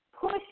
push